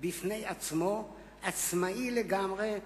עצמאי לגמרי.